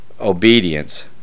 obedience